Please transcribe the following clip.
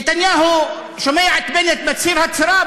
נתניהו שומע את בנט מצהיר הצהרה,